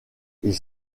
ils